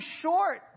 short